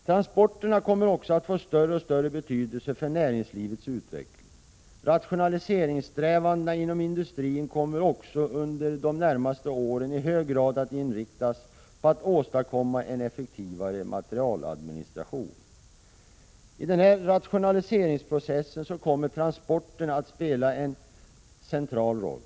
Transporterna kommer också att få större och större betydelse för näringslivets utveckling. Rationaliseringssträvandena inom industrin kommer även under de närmaste åren i hög grad att inriktas på att åstadkomma en effektivare materialadministration. I denna rationaliseringsprocess kommer transporterna att spela en central roll.